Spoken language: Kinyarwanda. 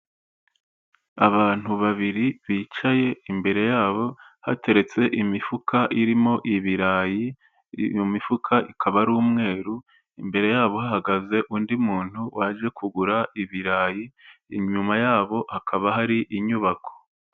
Abantu babiri bicaye imbere yabo hateretse imifuka irimo ibirayi, iyo mifuka ikaba ari umweru, imbere yabo hahagaze undi muntu waje kugura ibirayi, inyuma yabo hakaba hari inyubako.